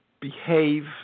behave